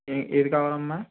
ఏ ఏది కావాలి అమ్మా